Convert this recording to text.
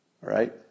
right